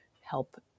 help